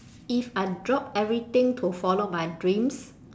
if I drop everything to follow my dreams